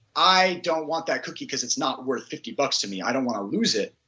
i don't want that cookie because it's not worth fifty bucks to me, i don't want to lose it,